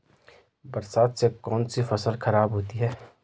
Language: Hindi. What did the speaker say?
बरसात से कौन सी फसल खराब होती है?